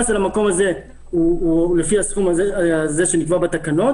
על המקום הזה הוא לפי הסכום שנקבע בתקנות,